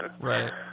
Right